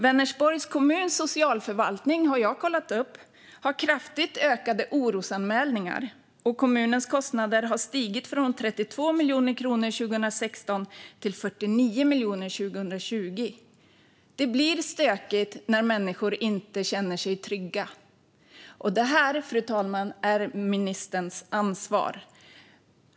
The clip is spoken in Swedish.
Vänersborgs kommuns socialförvaltning, har jag kollat upp, har ett kraftigt ökat antal orosanmälningar, och kommunens kostnader har stigit från 32 miljoner kronor 2016 till 49 miljoner kronor 2020. Det blir stökigt när människor inte känner sig trygga, och det här, fru talman, är ministerns ansvar.